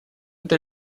это